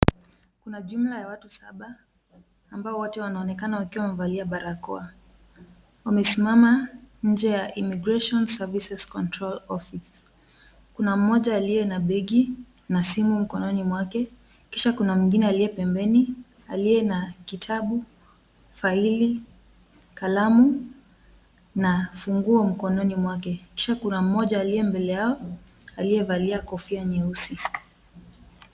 Kuna jumla ya watu saba ambia wote wanaonekana wakiwa wamevalia barakoa. Wamesimama nje ya Immigration Services Control Office .Kuna mmoja aliye na begi na simu mkononi mwake. Kisha kuna mwingine aliye pembeni aliye na kitabu, faili, kalamu na funguo mkononi mwake. Kisha mmoja aliye mbele yao aliyevalia kofia nyeusi.